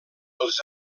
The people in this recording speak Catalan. els